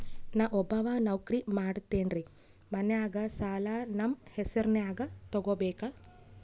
ನಾ ಒಬ್ಬವ ನೌಕ್ರಿ ಮಾಡತೆನ್ರಿ ಮನ್ಯಗ ಸಾಲಾ ನಮ್ ಹೆಸ್ರನ್ಯಾಗ ತೊಗೊಬೇಕ?